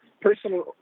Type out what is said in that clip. personal